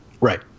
Right